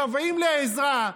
משוועים לעזרה,